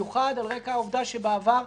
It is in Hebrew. בוקר טוב לאנשי הממלכה ובוקר טוב למצטרפים.